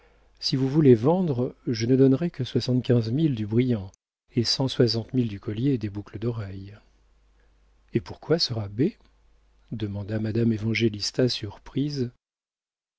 si vous voulez vendre je ne donnerais que soixante-quinze mille du brillant et cent soixante mille du collier et des boucles d'oreilles et pourquoi ce rabais demanda madame